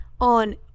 on